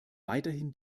weiterhin